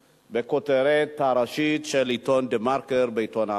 בכותרת הראשית של עיתון "דה-מרקר" בעיתון "הארץ".